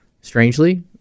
strangely